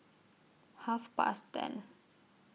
Half Past ten